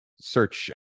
search